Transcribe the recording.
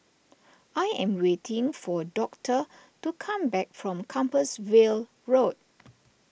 I am waiting for Doctor to come back from Compassvale Road